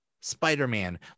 Spider-Man